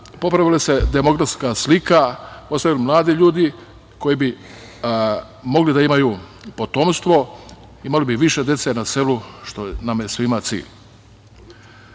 popravila se demografska slika, ostali bi mladi ljudi koji bi mogli da imaju potomstvo, imali bi više dece na selu, što nam je svima cilj. Ja